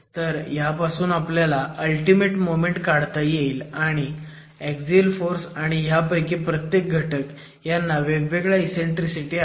तर ह्यापासून आपल्याला अल्टीमेट मोमेंट काढता येईल आणि ऍक्सिअल फोर्स आणि ह्यापैकी प्रत्येक घटक ह्यांना वेगवेगळ्या इसेन्ट्रीसिटी आहेत